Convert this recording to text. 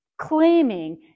claiming